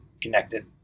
connected